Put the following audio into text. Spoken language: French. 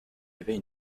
avait